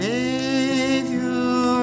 Savior